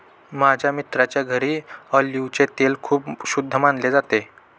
माझ्या मित्राच्या घरी ऑलिव्हचे तेल खूप शुद्ध मानले जाते